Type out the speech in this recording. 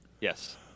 Yes